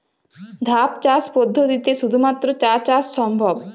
ধাপ চাষ পদ্ধতিতে শুধুমাত্র চা চাষ সম্ভব?